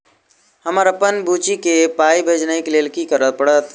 हमरा अप्पन बुची केँ पाई भेजइ केँ लेल की करऽ पड़त?